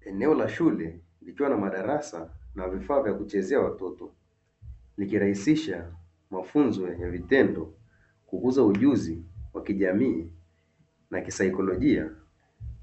Eneo la shule likiwa na madarasa, na vifaa vya kuchezea watoto, likirahisisha mafunzo ya vitendo, kuongeza ujuzi wa kijamii na kisaikilojia,